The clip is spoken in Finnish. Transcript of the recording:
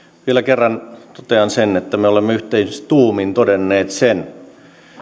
vielä kerran totean että me olemme yhteistuumin todenneet sen